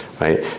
right